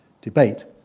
debate